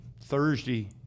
Thursday